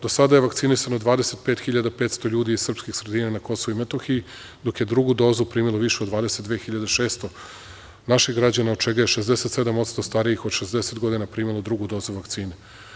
Do sada je vakcinisano 25.500 ljudi iz srpskih sredina na Kosovu i Metohiji, dok je drugu dozu primilo više od 22.600 naših građana, od čega je 67% starijih od 60 godina primilo drugu dozu vakcine.